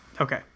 Okay